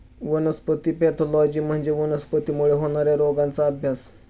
वनस्पती पॅथॉलॉजी म्हणजे वनस्पतींमुळे होणार्या रोगांचा अभ्यास